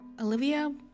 Olivia